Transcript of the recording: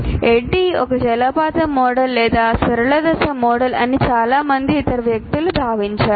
ADDIE ఒక జలపాతం model లేదా సరళ దశ మోడల్ అని చాలా మంది ఇతర వ్యక్తులు భావించారు